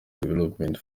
development